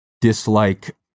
dislike